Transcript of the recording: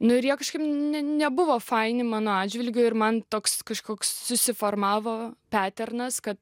nu ir jie kažkaip nebuvo faini mano atžvilgiu ir man toks kažkoks susiformavo peternas kad